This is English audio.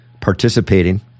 participating